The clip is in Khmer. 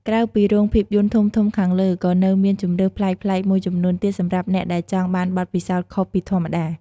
ក្រៅពីរោងភាពយន្តធំៗខាងលើ ក៏នៅមានជម្រើសប្លែកៗមួយចំនួនទៀតសម្រាប់អ្នកដែលចង់បានបទពិសោធន៍ខុសពីធម្មតា។